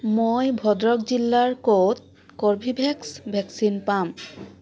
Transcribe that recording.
মই ভদ্ৰক জিলাৰ ক'ত কৰ্বীভেক্স ভেকচিন পাম